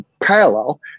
parallel